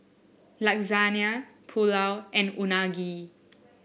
Lasagne Pulao and Unagi